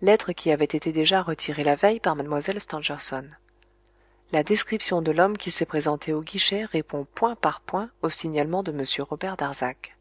lettre qui avait été déjà retirée la veille par mlle stangerson la description de l'homme qui s'est présenté au guichet répond point par point au signalement de m robert darzac